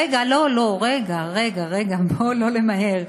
רגע, רגע, בוא לא נמהר.